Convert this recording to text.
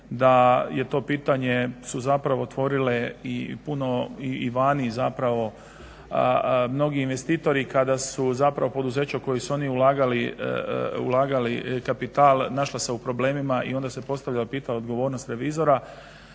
da to pitanje su zapravo tvorile i vani mnogi investitori kada su zapravo poduzeća u koja su oni ulagali kapital našla se u problemima i onda se postavlja … odgovornost revizora.